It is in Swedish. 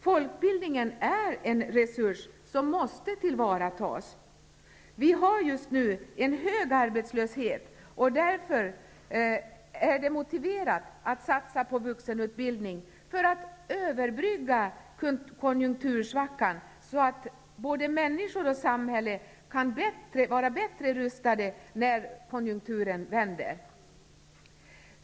Folkbildningen är en resurs som måste tillvaratas. Vi har just nu hög arbetslöshet, och därför är det motiverat att satsa på vuxenutbildning för att överbrygga konjunktursvackan, så att både människor och samhälle kan stå bättre rustade när konjunkturen vänder.